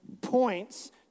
points